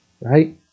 right